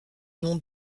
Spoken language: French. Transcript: nom